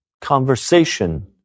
conversation